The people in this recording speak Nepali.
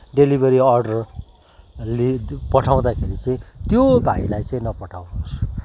डेलिभरी अर्डर ले पठाउँदाखेरि चाहिँ त्यो भाइलाई चाहिँ नपठाउनु होस्